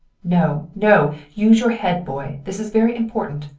no, no! use your head boy! this is very important.